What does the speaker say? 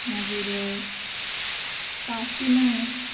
मागीर काशिनाथ